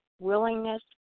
willingness